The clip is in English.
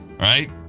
right